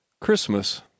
Christmas